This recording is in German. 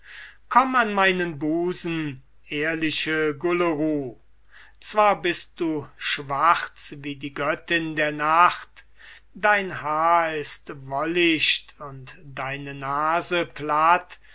komm an meinen busen ehrliche gulleru zwar bist du schwarz wie die göttin der nacht dein haar ist wollicht und deine nase